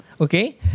okay